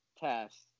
Test